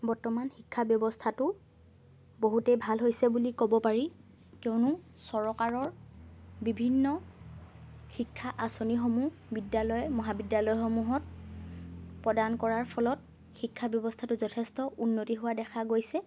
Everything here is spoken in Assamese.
বৰ্তমান শিক্ষা ব্যৱস্থাটো বহুতেই ভাল হৈছে বুলি ক'ব পাৰি কিয়নো চৰকাৰৰ বিভিন্ন শিক্ষা আঁচনিসমূহ বিদ্যালয় মহাবিদ্যালয়সমূহত প্ৰদান কৰাৰ ফলত শিক্ষা ব্যৱস্থাটো যথেষ্ট উন্নতি হোৱা দেখা গৈছে